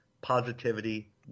positivity